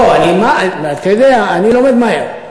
לא, אתה יודע, אני לומד מהר.